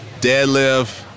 Deadlift